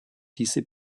diese